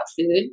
food